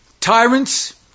tyrants